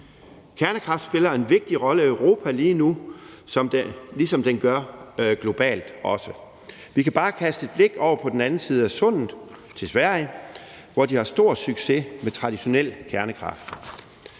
Kernekraft spiller en vigtig rolle i Europa lige nu, ligesom den gør globalt. Vi kan bare kaste et blik over på den anden side af Sundet til Sverige, hvor de har stor succes med traditionel kernekraft.